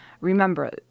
Remember